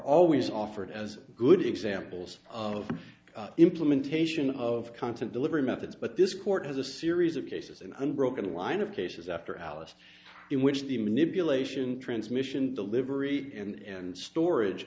always offered as good examples of implementation of content delivery methods but this court has a series of cases an unbroken line of cases after alice in which the manipulation transmission delivery and storage